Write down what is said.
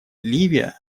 ливия